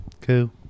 Cool